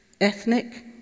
ethnic